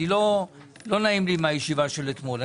לא נעים לי מהישיבה של אתמול,